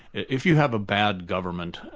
if you have a bad government,